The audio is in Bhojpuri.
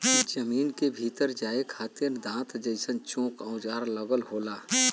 जमीन के भीतर जाये खातिर दांत जइसन चोक औजार लगल होला